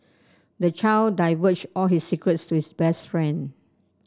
the child divulged all his secrets to his best friend